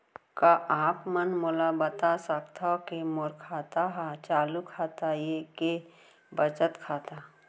का आप मन मोला बता सकथव के मोर खाता ह चालू खाता ये के बचत खाता?